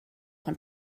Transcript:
von